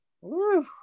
Woo